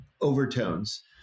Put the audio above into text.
overtones